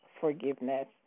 forgiveness